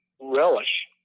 relish